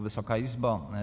Wysoka Izbo!